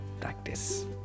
practice